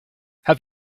have